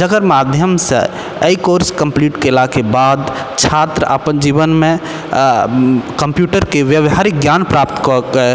जकर माध्यम से एहि कोर्स कम्प्लीट केलाके बाद छात्र अपन जीवनमे कम्प्यूटरके व्यावहारिक गियान प्राप्त कऽके